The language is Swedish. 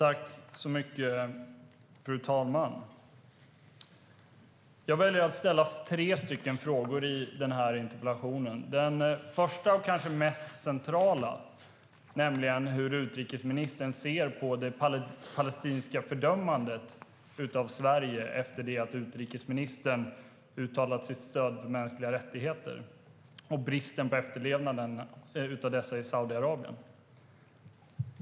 Fru talman! Jag valde att ställa tre frågor i min interpellation. Den första och kanske mest centrala frågan är hur utrikesministern ser på det palestinska fördömandet av Sverige, efter det att utrikesministern uttalat sitt stöd för mänskliga rättigheter, och hur hon ser på bristen på efterlevnaden av mänskliga rättigheter i Saudiarabien.